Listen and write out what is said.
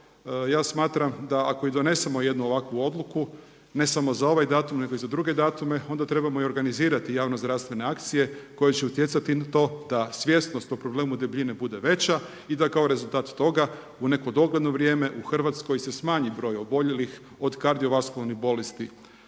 Ja smatram da ako i donesemo ovakvu jednu odluku ne samo za ovaj datum, nego i za druge datume onda trebamo i organizirati javno-zdravstvene akcije koje će utjecati na to da svjesnost o problemu debljine bude veća i da kao rezultat toga u neko dogledno vrijeme u Hrvatskoj se smanji broj oboljelih od kardio vaskularnih bolesti